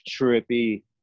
trippy